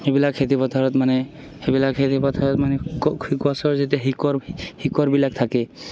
সেইবিলাক খেতিপথাৰত মানে সেইবিলাক খেতিপথাৰত মানে কোখ গছৰ যেতিয়া শিকৰ শিকৰবিলাক থাকে